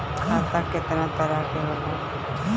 खाता केतना तरह के होला?